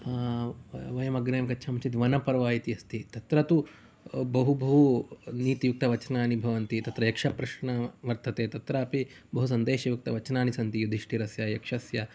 वयमग्रे गच्छामः चेत् वनपर्व इति अस्ति तत्र तु बहु बहु नीतियुक्तवचनानि भवन्ति तत्र यक्षप्रश्नः वर्तते तत्रापि बहु सन्देशयुक्तवचनानि सन्ति युधिष्ठिरस्य यक्षस्य